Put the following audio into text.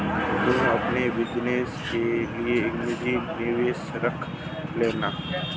तुम अपने बिज़नस के लिए एक निजी निवेशक रख लेना